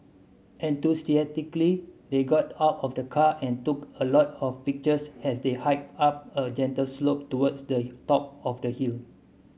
enthusiastically they got out of the car and took a lot of pictures as they hiked up a gentle slope towards the top of the hill